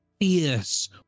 fierce